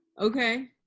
Okay